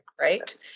Right